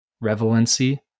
relevancy